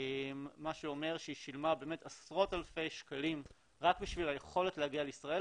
מה שאומר שהיא שילמה עשרות אלפי שקלים רק בשביל היכולת להגיע לישראל.